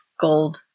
gold